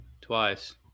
twice